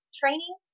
training